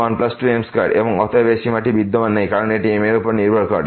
m12m2 এবং অতএব এই সীমাটি বিদ্যমান নেই কারণ এটি m এর উপর নির্ভর করে